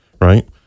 right